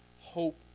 hope